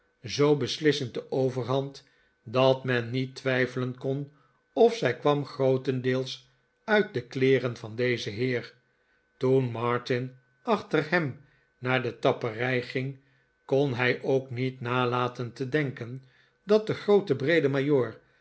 zoo beslissend de overhand dat men niet twijfelen kon of zij kwam grootendeels uit de kleeren van dezen heer toen martin achter hem naar de tapperij ging kon hij ook niet nalaten te denken dat de groote breede